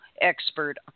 expert